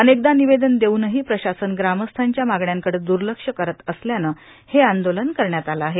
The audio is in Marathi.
अनेकदा निवेदन देऊनही प्रशासन ग्रामस्थांच्या मागण्यांकडे दुर्लक्ष करत असल्यानं हे आंदोलन करण्यात आलं आहे